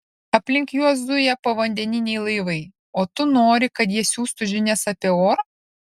aplink juos zuja povandeniniai laivai o tu nori kad jie siųstų žinias apie orą